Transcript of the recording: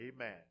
Amen